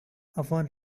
upon